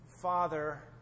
father